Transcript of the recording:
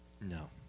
No